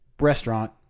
restaurant